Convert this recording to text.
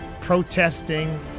protesting